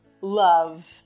love